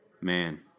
Man